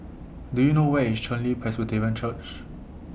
Do YOU know Where IS Chen Li Presbyterian Church